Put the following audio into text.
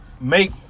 make